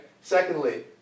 Secondly